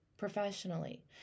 professionally